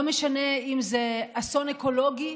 לא משנה אם זה אסון אקולוגי,